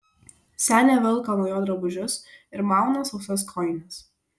senė velka nuo jo drabužius ir mauna sausas kojines